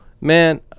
Man